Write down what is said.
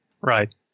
Right